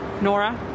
Nora